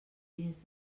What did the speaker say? dins